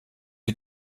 die